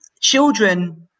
children